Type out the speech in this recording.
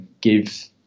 give